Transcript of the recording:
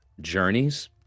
journeys